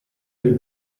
del